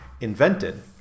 invented